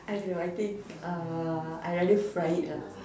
I don't know I think uh I'd rather fry it lah